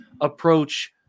approach